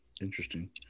Interesting